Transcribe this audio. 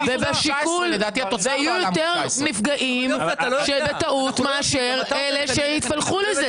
יהיו יותר נפגעים בטעות מאשר אלה שיתפלחו לזה.